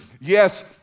Yes